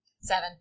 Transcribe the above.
seven